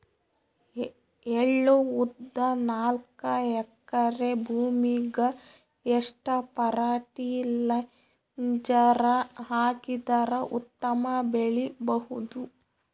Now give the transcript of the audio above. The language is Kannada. ಎಳ್ಳು, ಉದ್ದ ನಾಲ್ಕಎಕರೆ ಭೂಮಿಗ ಎಷ್ಟ ಫರಟಿಲೈಜರ ಹಾಕಿದರ ಉತ್ತಮ ಬೆಳಿ ಬಹುದು?